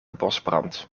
bosbrand